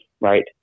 right